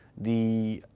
the